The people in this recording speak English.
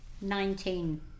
Nineteen